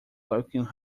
looking